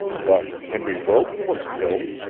but henry wilton was killed.